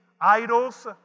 Idols